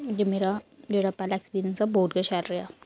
जे मेरा जेह्ड़ा पैह्ला ऐक्सपीरियंस हा ओह् बहुत गै शैल रेहा